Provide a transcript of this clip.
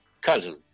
cousin